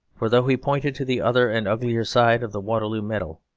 for though he pointed to the other and uglier side of the waterloo medal,